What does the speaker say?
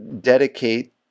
dedicate